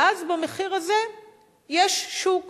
ואז במחיר הזה יש שוק.